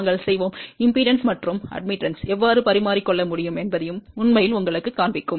நாங்கள் செய்வோம் மின்மறுப்பு மற்றும் ஒப்புதல் எவ்வாறு பரிமாறிக்கொள்ள முடியும் என்பதையும் உண்மையில் உங்களுக்குக் காண்பிக்கும்